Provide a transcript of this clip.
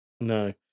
No